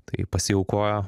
tai pasiaukojo